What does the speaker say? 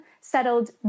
settled